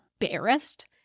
embarrassed